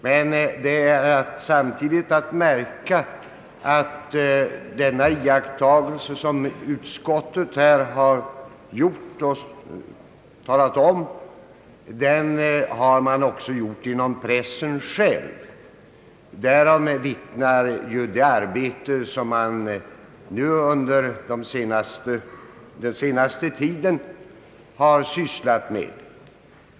Men det är samtidigt att märka att den iakttagelse som utskottet här har gjort har man också gjort inom pressen själv. Därom vittnar ju det arbete som man under den senaste tiden har sysslat med.